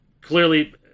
Clearly